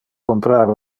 comprar